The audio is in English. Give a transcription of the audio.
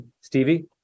Stevie